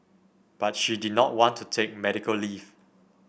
but she did not want to take medical leave